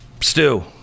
Stu